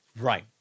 Right